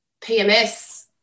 PMS